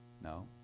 No